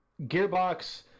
Gearbox